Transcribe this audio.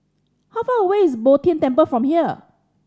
how far away is Bo Tien Temple from here